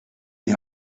die